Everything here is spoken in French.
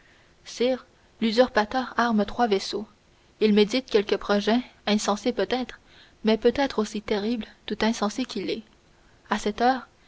sire l'usurpateur arme trois vaisseaux il médite quelque projet insensé peut-être mais peut-être aussi terrible tout insensé qu'il est à cette heure